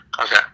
Okay